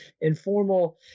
informal